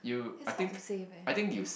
it's hard to save eh